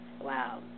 Wow